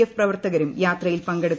F പ്രവർത്തകരും യാത്രയിൽ പങ്കെടുക്കും